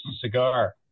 cigar